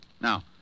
Now